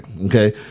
Okay